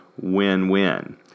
win-win